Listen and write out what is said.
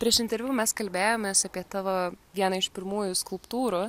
prieš interviu mes kalbėjomės apie tavo vieną iš pirmųjų skulptūrų